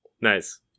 Nice